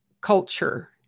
culture